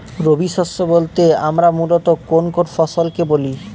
রবি শস্য বলতে আমরা মূলত কোন কোন ফসল কে বলি?